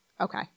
Okay